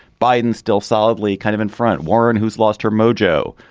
biden still solidly kind of in front. warren, who's lost her mojo,